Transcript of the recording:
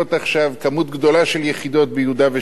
כמות גדולה של יחידות ביהודה ושומרון,